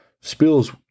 Spills